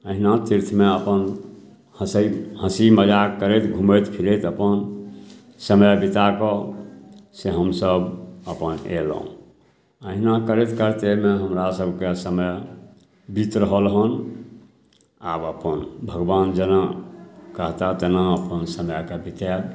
एहिना तीर्थमे अपन हँसैत हँसी मजाक करैत घुमैत फिरैत अपन समय बिताकऽ से हमसभ अपन अएलहुँ एहिना करैत करैतेमे हमरासभके समय बीति रहल हन आब अपन भगवान जेना कहताह तेना अपन समयके बिताएब